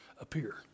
appear